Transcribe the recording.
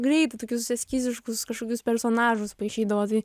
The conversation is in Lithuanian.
greitai tokius eskiziškus kažkokius personažus paišydavo tai